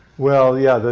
well, yeah,